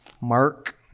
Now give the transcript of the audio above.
Mark